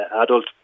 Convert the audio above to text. adult